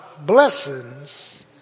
blessings